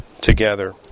together